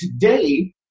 today